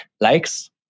likes